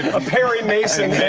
a perry mason